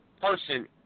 person